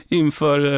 inför